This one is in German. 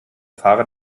fahrer